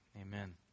Amen